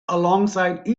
alongside